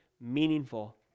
meaningful